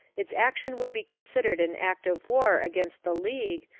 its action would be considered an act of war against the league,